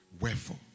Wherefore